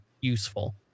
useful